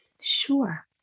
Sure